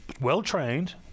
well-trained